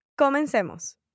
Comencemos